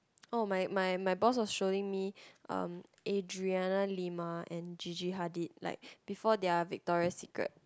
oh my my my boss was showing me um Adriana-Lima and Gigi-Hadid like before their Victoria Secret